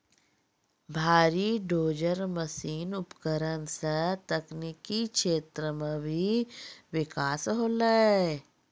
भारी dozer machine उपकरण सें तकनीकी क्षेत्र म भी बिकास होलय